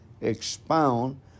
expound